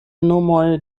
nomoj